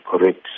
correct